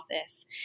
office